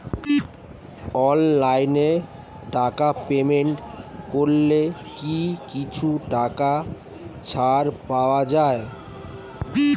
অনলাইনে টাকা পেমেন্ট করলে কি কিছু টাকা ছাড় পাওয়া যায়?